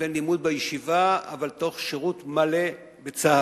בין לימוד בישיבה, אבל תוך שירות מלא בצה"ל,